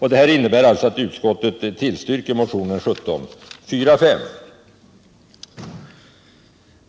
Det innebär alltså att utskottet tillstyrker motionen 1745.